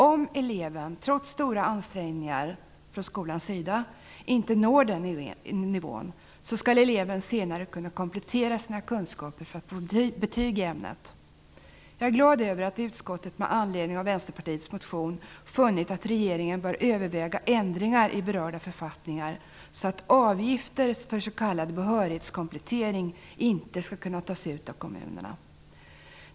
Om eleven trots stora ansträngningar från skolans sida inte når den nivån skall eleven senare kunna komplettera sina kunskaper för att få ett betyg i ämnet. Jag är glad över att utskottet med anledning av Vänsterpartiets motion funnit att regeringen bör överväga ändringar i berörda författningar så att kommunerna inte skall kunna ta ut avgifter för s.k. behörighetskomplettering.